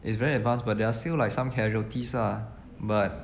it's very advanced but there are still like some casualties ah but